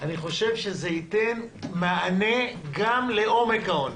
אני חושב שזה ייתן מענה גם לעומק העוני.